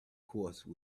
course